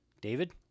david